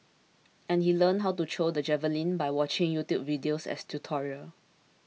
and he learnt to throw the javelin by watching YouTube videos as tutorial